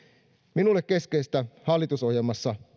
minulle keskeistä hallitusohjelmassa